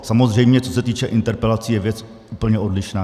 Samozřejmě, co se týče interpelací, je věc úplně odlišná.